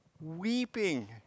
weeping